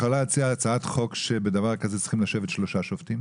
את יכולה להציע הצעת חוק שבדבר כזה צריכים לשבת שלושה שופטים?